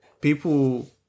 people